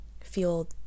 feel